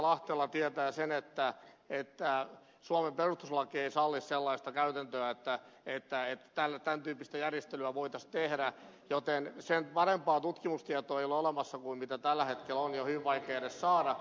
lahtela tietää sen että suomen perustuslaki ei salli sellaista käytäntöä että tämän tyyppistä järjestelyä voitaisiin tehdä joten sen parempaa tutkimustietoa ei ole olemassa kuin mitä tällä hetkellä on jo hyvin vaikea edes saada